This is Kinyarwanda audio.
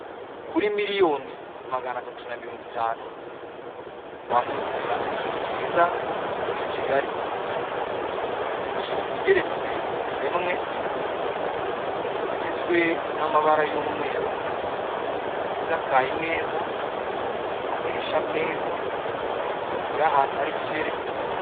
Kuri miliyoni magana atatu na mirongo itanu wakigurira inzu nziza muri kigali, inzu igeretse rimwe igizwe n'amabara y'umweru isakaye neza, amadirishya meza y'ahantu hari ikirere cyiza.